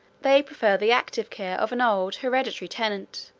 they prefer the active care of an old hereditary tenant,